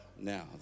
now